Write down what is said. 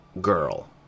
girl